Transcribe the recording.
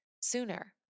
sooner